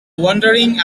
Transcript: wondering